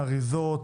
אריזות,